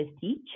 teach